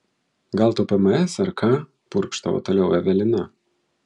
gal tau pms ar ką purkštavo toliau evelina